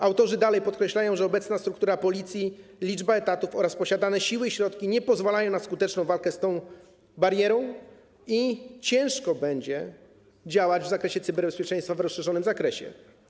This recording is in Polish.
Autorzy dalej podkreślają, że obecna struktura Policji, liczba etatów oraz posiadane siły i środki nie pozwalają na skuteczną walkę z tą barierą i że ciężko będzie działać w zakresie cyberbezpieczeństwa w rozszerzonym zakresie.